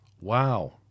Wow